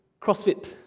CrossFit